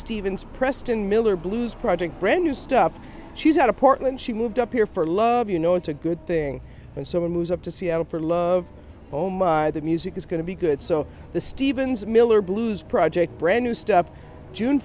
stevens preston miller blues project brand new stuff she's out of portland she moved up here for love you know it's a good thing when someone moves up to seattle for love home the music is going to be good so the stevens miller blues project brand new stuff june